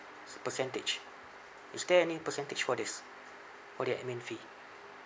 so percentage is there any percentage for this for the admin fee